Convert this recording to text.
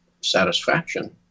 satisfaction